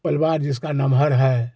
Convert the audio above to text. परिवार जिसका नमहर है